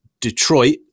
Detroit